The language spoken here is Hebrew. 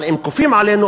אבל אם כופים עלינו,